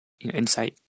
insight